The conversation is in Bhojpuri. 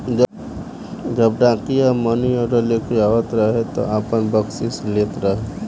जब डाकिया मानीऑर्डर लेके आवत रहे तब आपन बकसीस लेत रहे